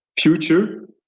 future